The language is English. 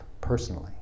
personally